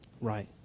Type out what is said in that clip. Right